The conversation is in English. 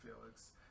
Felix